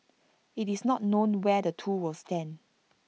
IT is not known where the two will stand